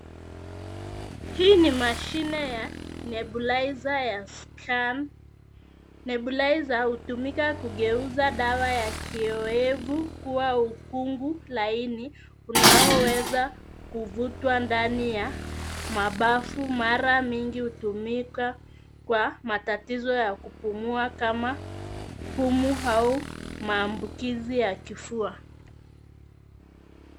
Hii ni mashini ya [nebulizer] ya scam[ nebulizer ]za hutumika kugeuza dawa ya kiyovu kuwa ukungu laini ,unaoweza kuvutwa ndani ya mabafu mara mingi hutumika kwa matatizo ya kupumua kama pumu au maambukizi ya kifua.